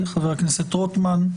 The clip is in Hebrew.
בבקשה.